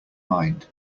mind